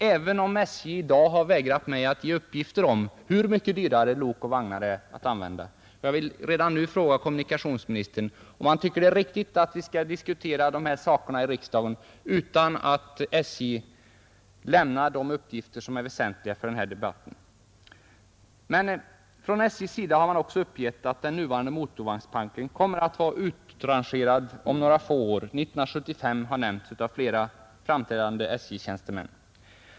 SJ har i dag vägrat att lämna mig uppgifter om hur mycket dyrare lok och vagnar är att använda. Jag vill redan nu fråga kommunikationsministern om han tycker att det är riktigt att vi skall diskutera dessa saker i riksdagen utan att SJ lämnar de uppgifter som är väsentliga för den här debatten. Men från SJ:s sida har man också uppgivit att den nuvarande motorvagnsparken kommer att vara utrangerad om några få år — 1975 har redan nämnts av flera framträdande SJ-tjänstemän.